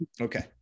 Okay